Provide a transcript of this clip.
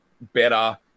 better